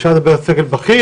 אפשר לדבר על סגל בכיר,